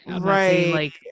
Right